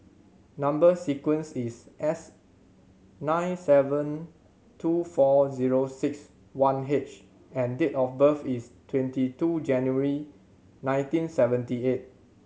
number sequence is S nine seven two four zero six one H and date of birth is twenty two January nineteen seventy eight